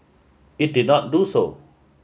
it did not do so